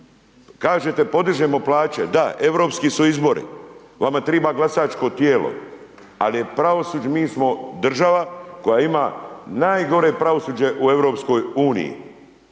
Kažete podižemo plaće, da, europski su izbori, vama triba glasačko tijelo, al je pravosuđe, mi smo država koja ima najgore pravosuđe u EU. A ovi